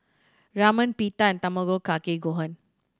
Ramen Pita and Tamago Kake Gohan